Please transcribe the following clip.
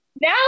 now